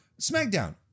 SmackDown